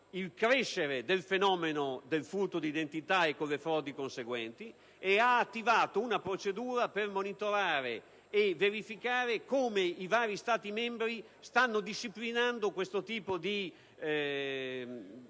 il crescere del fenomeno del furto d'identità e delle frodi conseguenti ed ha attivato una procedura per monitorare e verificare come i vari Stati membri stiano disciplinando queste fattispecie